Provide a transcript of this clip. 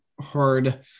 hard